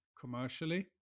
commercially